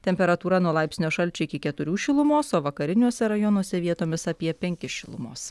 temperatūra nuo laipsnio šalčio iki keturių šilumos o vakariniuose rajonuose vietomis apie penkis šilumos